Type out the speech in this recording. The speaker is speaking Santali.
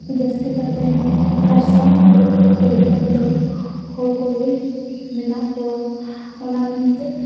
ᱡᱟᱹᱥᱛᱤ ᱠᱟᱛᱮᱱ ᱠᱷᱟᱨᱥᱚᱣᱟ ᱮᱨᱤᱭᱟ ᱨᱮᱫᱚ ᱦᱚᱲ ᱠᱚᱜᱮ ᱢᱮᱱᱟᱜ ᱠᱚᱣᱟ ᱚᱱᱟ ᱢᱮᱱᱛᱮ